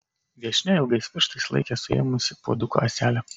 viešnia ilgais pirštais laikė suėmusi puoduko ąselę